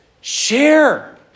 share